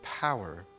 power